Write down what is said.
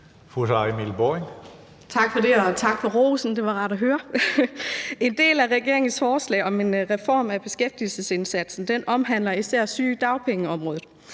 Sara Emil Baaring (S): Tak for det, og tak for rosen. Det var rart at høre. En del af regeringens forslag om en reform af beskæftigelsesindsatsen omhandler især sygedagpengeområdet.